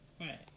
Right